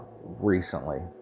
recently